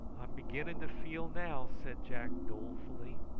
i'm beginning to feel now, said jack dolefully.